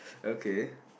okay